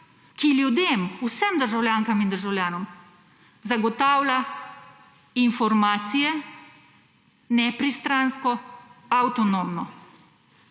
ki ljudem, vsem državljankam in državljanom zagotavlja informacije, nepristransko, avtonomno.